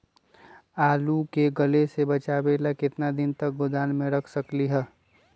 आलू के गले से बचाबे ला कितना दिन तक गोदाम में रख सकली ह?